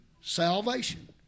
salvation